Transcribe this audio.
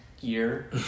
year